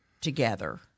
together